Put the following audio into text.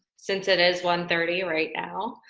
since it is one thirty right now.